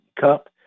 Cup